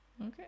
okay